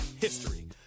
history